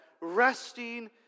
resting